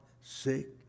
Sick